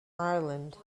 ireland